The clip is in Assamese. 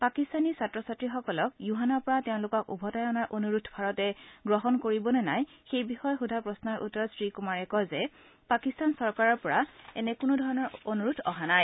পাকিস্তানী ছাত্ৰ ছাত্ৰীসকলক য়ুহানৰ পৰা তেওঁলোকক ওভতাই অনাৰ অনুৰোধ ভাৰতে গ্ৰহণ কৰিব নে নাই সেই বিষয়ে সোধা প্ৰশ্নৰ উত্তৰত শ্ৰীকুমাৰে কয় যে পাকিস্তান চৰকাৰ পৰা এনে ধৰণৰ কোনো অনুৰোধ অহা নাই